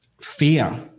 fear